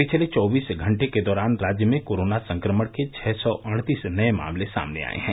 पिछले चौबीस घंटे के दौरान राज्य में कोरोना संक्रमण के छः सौ अड़तीस नए मामले सामने आए हैं